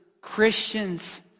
Christians